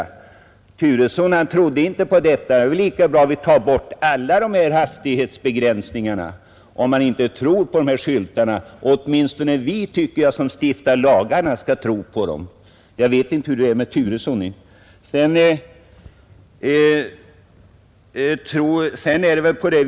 Herr Turesson trodde inte på dem. Om man inte tror på dessa skyltar är det väl lika bra att vi tar bort alla hastighetsbegränsningar. Men åtminstone vi som stiftar lagarna bör tro på dem.